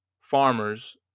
farmers